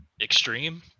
extreme